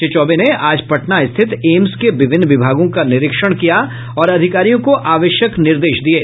श्री चौबे ने आज पटना स्थित एम्स के विभिन्न विभागों का निरीक्षण किया और अधिकारियों को आवश्यक निर्देश दिये